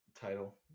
title